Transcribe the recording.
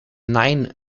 nein